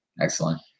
Excellent